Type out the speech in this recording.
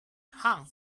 hung